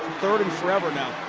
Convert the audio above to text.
third and forever now.